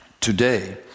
today